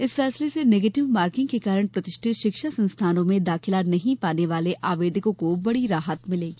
इस फैसले से निगेटिव मार्किंग के कारण प्रतिष्ठित शिक्षा संस्थानों में दाखिला नहीं पाने वाले आवेदकों को बड़ी राहत मिलेगी